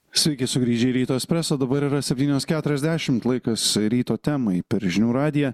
sveiki sugrįžę į ryto espreso dabar yra septynios keturiasdešimt laikas ryto temai per žinių radiją